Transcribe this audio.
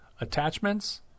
Attachments